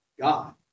God